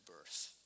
birth